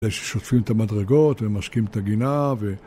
שוטפים את המדרגות ומשקים את הגינה